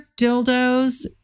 dildos